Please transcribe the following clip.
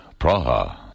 Praha